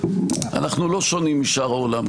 אנחנו לא שונים משאר העולם,